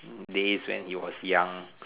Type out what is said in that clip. days when he was young